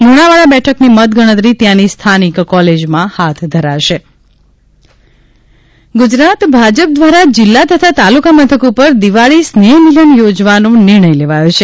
લુણાવાડા બેઠકની મતગણતરી ત્યાંની સ્થાનિક કોલેજમાં હાથ ધરાશે ભાજપ સ્નેહ મિલન ગુજરાત ભાજપ દ્વારા જિલ્લા તથા તાલુકા મથક ઉપર દિવાળી સ્નેહ મિલન યોજવાનો નિર્ણય લેવાયો છે